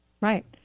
Right